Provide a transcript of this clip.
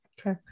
Okay